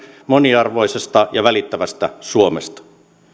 moniarvoisesta ja välittävästä suomesta